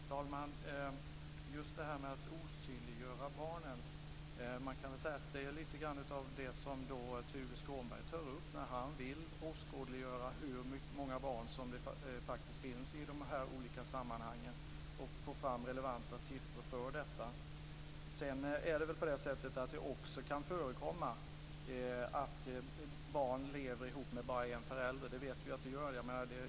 Fru talman! När det gäller att osynliggöra barnen kan man väl säga att det är lite grann av det Tuve Skånberg tar upp när han vill åskådliggöra hur många barn som faktiskt finns i de här olika sammanhangen och få fram relevanta siffror för detta. Sedan kan det väl också förekomma att ett barn lever ihop med bara en förälder. Vi vet att det är så.